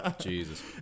Jesus